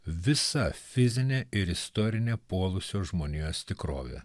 visa fizinė ir istorinė puolusios žmonijos tikrovė